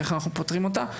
איך אנחנו פותרים אותה.